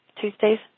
Tuesdays